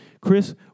Chris